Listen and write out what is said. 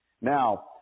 Now